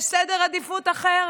יש סדר עדיפות אחר.